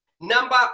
Number